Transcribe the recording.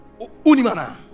Unimana